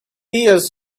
tears